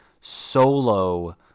solo